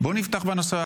תודה רבה.